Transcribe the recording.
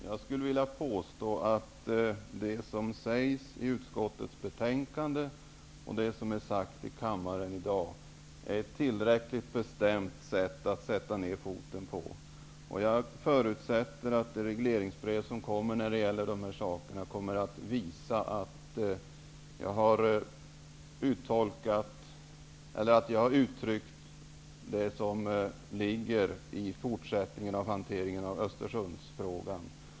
Herr talman! Jag vill påstå att det som sägs i utskottets betänkande och det som sägs i kammaren i dag är tillräckligt bestämt. Jag förutsätter att regleringsbrevet kommer att visa att jag har uttryckt det som kan förväntas vid den fortsatta hanteringen av Östersundsfrågan.